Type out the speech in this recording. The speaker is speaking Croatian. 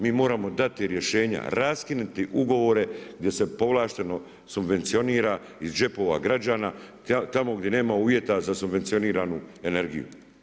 Mi moramo dati rješenja, raskinuti ugovore gdje se povlašteno subvencionira iz džepova građana tamo gdje nema uvjeta za subvencioniranu energiju.